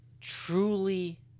truly